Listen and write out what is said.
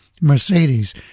Mercedes